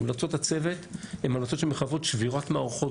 המלצות הצוות הן המלצות שמחייבות שבירת מערכות